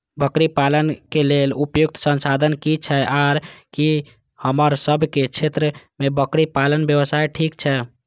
बकरी पालन के लेल उपयुक्त संसाधन की छै आर की हमर सब के क्षेत्र में बकरी पालन व्यवसाय ठीक छै?